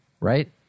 right